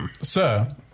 Sir